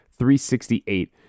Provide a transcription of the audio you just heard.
368